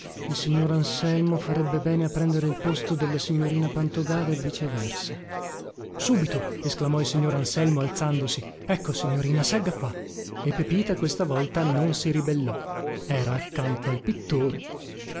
il signor anselmo farebbe bene a prendere il posto della signorina pantogada e viceversa subito esclamò il signor anselmo alzandosi ecco signorina segga qua e pepita questa volta non si ribellò era accanto al pittore